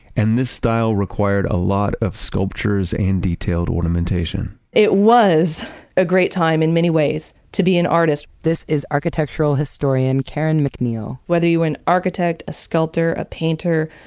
and this style required a lot of sculptures and detailed ornamentation. it was a great time in many ways to be an artist. this is architectural historian karen mcneil. whether you're an architect, a sculptor, a painter,